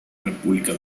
república